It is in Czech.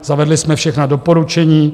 Zavedli jsme všechna doporučení.